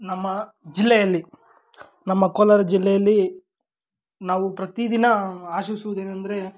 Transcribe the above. ನಮ್ಮ ಜಿಲ್ಲೆಯಲ್ಲಿ ನಮ್ಮ ಕೋಲಾರ ಜಿಲ್ಲೆಯಲ್ಲಿ ನಾವು ಪ್ರತಿದಿನ ಆಶಿಸುವುದೇನಂದರೆ